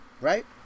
Right